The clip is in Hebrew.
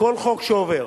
וכל חוק שעובר